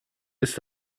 ist